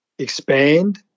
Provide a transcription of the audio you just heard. Expand